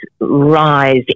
rise